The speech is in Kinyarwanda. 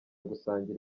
gusangira